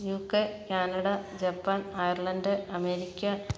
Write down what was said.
UK Canada Japan Ireland America